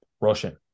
russian